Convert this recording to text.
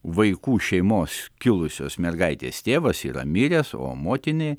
vaikų šeimos kilusios mergaitės tėvas yra miręs o motinai